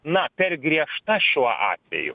na per griežta šiuo atveju